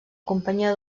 companyia